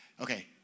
okay